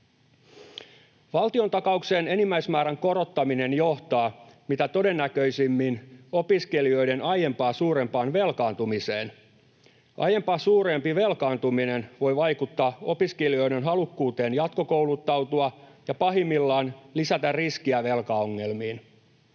Valtiontakauksien enimmäismäärän korottaminen johtaa mitä todennäköisimmin opiskelijoiden aiempaa suurempaan velkaantumiseen. Aiempaa suurempi velkaantuminen voi vaikuttaa opiskelijoiden halukkuuteen jatkokouluttautua ja pahimmillaan lisätä riskiä velkaongelmiin.